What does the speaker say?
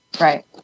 Right